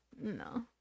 No